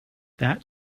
that